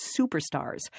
superstars